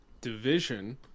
division